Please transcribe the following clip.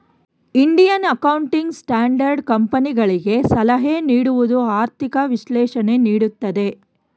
Indian accounting standard ಕಂಪನಿಗಳಿಗೆ ಸಲಹೆ ನೀಡುವುದು, ಆರ್ಥಿಕ ವಿಶ್ಲೇಷಣೆ ನೀಡುತ್ತದೆ